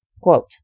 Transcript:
Quote